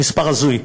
המספר הזוי.